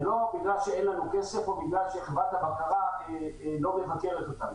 זה לא בגלל שאין לנו כסף או בגלל שחברת הבקרה לא מבקרת אותנו.